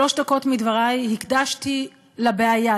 שלוש דקות מדברי הקדשתי לבעיה,